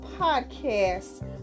podcast